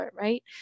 right